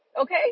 Okay